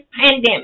pandemic